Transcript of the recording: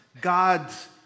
God's